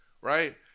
right